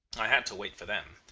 i had to wait for them.